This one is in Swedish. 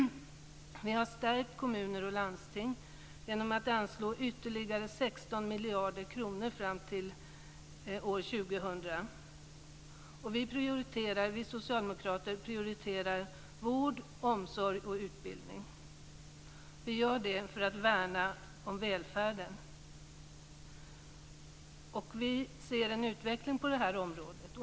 Vi har stärkt kommuner och landsting genom att anslå ytterligare 16 miljarder kronor fram till år 2000. Vi socialdemokrater prioriterar vård, omsorg och utbildning. Vi gör detta för att värna om välfärden. Vi ser en utveckling på det här området.